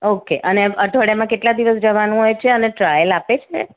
okay અને અઠવાડિયામાં કેટલા દિવસ જવાનું હોય છે અને ટ્રાયલ આપે છે